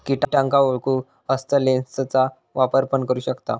किटांका ओळखूक हस्तलेंसचा वापर पण करू शकताव